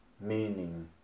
meaning